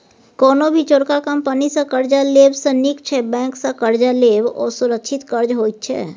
कोनो भी चोरका कंपनी सँ कर्जा लेब सँ नीक छै बैंक सँ कर्ज लेब, ओ सुरक्षित कर्ज होइत छै